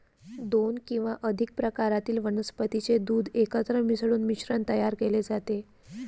दोन किंवा अधिक प्रकारातील वनस्पतीचे दूध एकत्र मिसळून मिश्रण तयार केले जाते